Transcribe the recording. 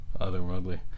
otherworldly